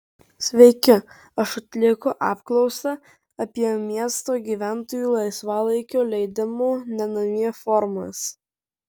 sveiki aš atlieku apklausą apie miesto gyventojų laisvalaikio leidimo ne namie formas